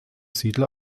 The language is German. siedler